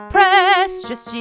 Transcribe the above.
Precious